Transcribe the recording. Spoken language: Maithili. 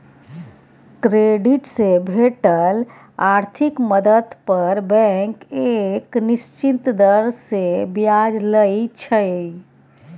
क्रेडिट से भेटल आर्थिक मदद पर बैंक एक निश्चित दर से ब्याज लइ छइ